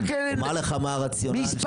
אני אומר לך מה הרציונל שהיה.